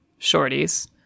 shorties